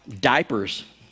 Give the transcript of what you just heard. diapers